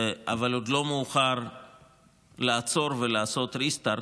אבל עוד לא מאוחר לעצור ולעשות ריסטארט.